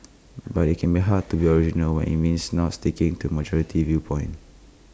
but IT can be hard to be original when IT means not sticking to majority viewpoint